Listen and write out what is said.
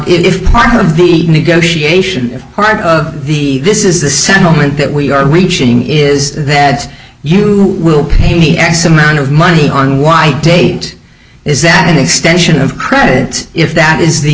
if part of the negotiation part of the this is the settlement that we are reaching is that you will pay me x amount of money on why date is that an extension of credit if that is the